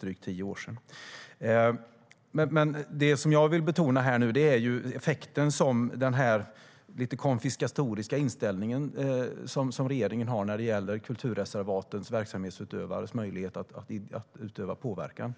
drygt tio år sedan. Jag vill betona effekten av regeringens lite konfiskatoriska inställning när det gäller kulturreservats verksamhetsutövares möjlighet att påverka.